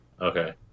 Okay